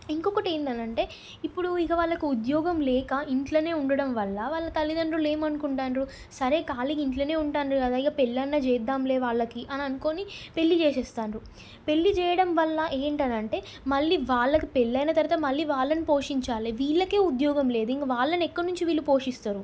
ఇంకొకటి ఏంటి అనంటే ఇప్పుడు ఇక వాళ్ళకి ఉద్యోగం లేక ఇంట్లోనే ఉండడం వల్ల వాళ్ళ తల్లిదండ్రులు ఏమనుకుంటాన్రు సరే ఖాళీగా ఇంట్లోనే ఉంటాన్రు కదా ఇక పెళ్ళన్న చేద్దాంలే వాళ్ళకి అని అనుకుని పెళ్ళి చేసేస్తాన్రు పెళ్ళి చేయడం వల్ల ఏంటనంటే మళ్ళీ వాళ్ళకి పెళ్ళయిన తర్వాత మళ్లీ వాళ్ళని పోషించాలి వీళ్ళకే ఉద్యోగం లేదు ఇంక వాళ్ళను ఎక్కడి నుంచి వీళ్ళు పోషిస్తారు